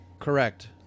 Correct